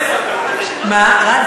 זה עד עשר דקות.